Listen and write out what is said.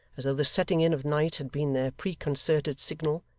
as though the setting in of night had been their preconcerted signal,